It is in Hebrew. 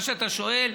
מה שאתה שואל,